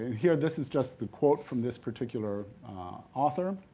here this is just the quote from this particular author,